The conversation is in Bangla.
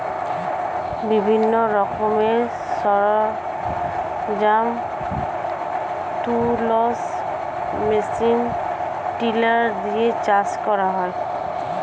বিভিন্ন রকমের সরঞ্জাম, টুলস, মেশিন টিলার দিয়ে চাষ করা হয়